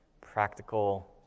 practical